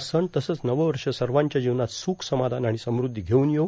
हा सण तसंच नववष सवाच्या जीवनात सुख समाधान आर्ाण समृद्धी घेऊन येवो